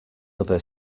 other